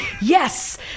yes